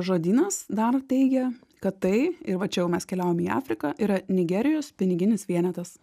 žodynas dar teigia kad tai ir va čia jau mes keliaujam į afriką yra nigerijos piniginis vienetas